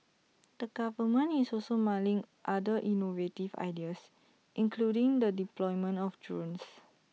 the government is also mulling other innovative ideas including the deployment of drones